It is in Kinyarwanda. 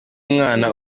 umwana